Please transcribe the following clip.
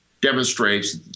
demonstrates